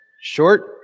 Short